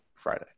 Friday